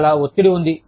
చాలా ఒత్తిడి ఉంది